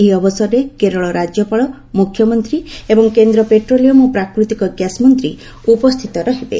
ଏହି ଅବସରରେ କେରଳ ରାଜ୍ୟପାଳ ମୁଖ୍ୟମନ୍ତ୍ରୀ ଏବଂ କେନ୍ଦ୍ର ପେଟ୍ରୋଲିୟମ୍ ଓ ପ୍ରାକୃତିକ ଗ୍ୟାସ୍ ମନ୍ତ୍ରୀ ଉପସ୍ଥିତ ରହିବେ